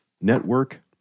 network